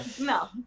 no